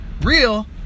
real